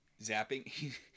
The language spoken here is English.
zapping